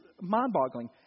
mind-boggling